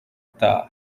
utaha